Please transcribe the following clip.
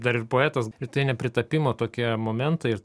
dar ir poetas ir tai nepritapimo tokie momentai ir